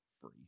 free